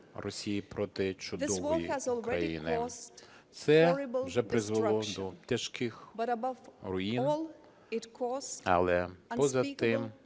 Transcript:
Росії проти чудової України. Це вже призвело до тяжких руїн, але поза тим